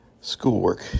schoolwork